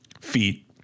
feet